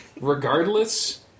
regardless